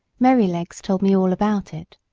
merrylegs told me all about it.